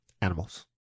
Animals